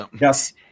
yes